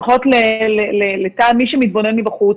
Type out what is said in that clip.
לפחות למי שמתבונן מבחוץ,